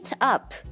up